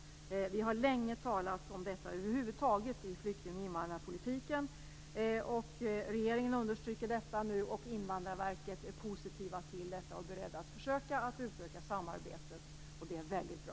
Vi har länge talat om detta i flykting och invandrarpolitiken. Regeringen understryker nu detta, och Invandrarverket är positivt till detta och berett att försöka utöka samarbetet, och det är väldigt bra.